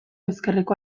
ezkerreko